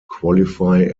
qualify